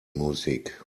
musik